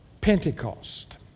Pentecost